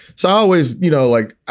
so i always you know, like,